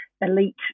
elite